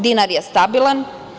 Dinar je stabilan.